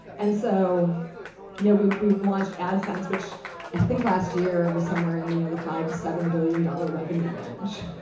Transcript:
and so you know we we launched adsense which i think last year was somewhere in the you know the five to seven billion dollar revenue range.